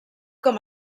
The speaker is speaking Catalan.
com